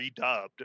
redubbed